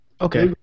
Okay